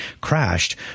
crashed